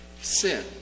sin